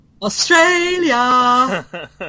Australia